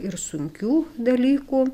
ir sunkių dalykų